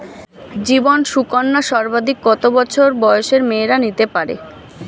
জীবন সুকন্যা সর্বাধিক কত বছর বয়সের মেয়েরা নিতে পারে?